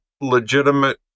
legitimate